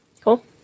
Cool